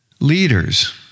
Leaders